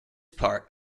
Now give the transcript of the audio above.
part